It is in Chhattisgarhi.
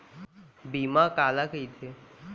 बीमा काला कइथे?